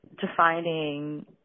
defining